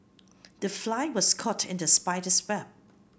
the fly was caught in the spider's web